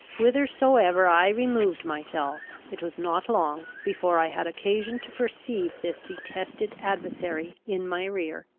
whithersoever i removed myself it was not long before i had occasion to perceive this detested adversary in my rear.